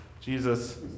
Jesus